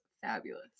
fabulous